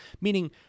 meaning